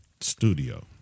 studio